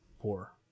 four